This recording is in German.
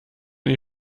ich